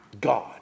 God